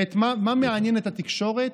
ומה מעניין את התקשורת?